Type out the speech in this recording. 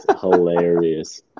hilarious